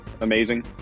amazing